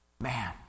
Man